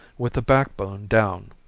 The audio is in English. with the back bone down.